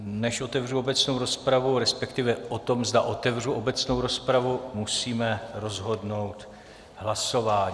Než otevřu obecnou rozpravu, resp. o tom, zda otevřu obecnou rozpravu, musíme rozhodnout hlasováním.